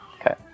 Okay